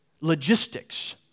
logistics